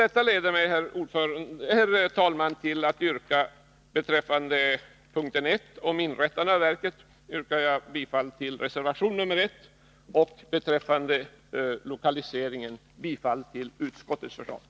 Detta leder mig, herr talman, till att beträffande punkten 1, om inrättande av verket, yrka bifall till reservation 1 och beträffande lokaliseringen bifall till utskottets hemställan.